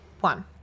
one